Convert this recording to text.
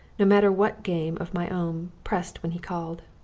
no matter what game of my own pressed when he called.